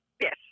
Yes